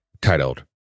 titled